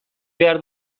behar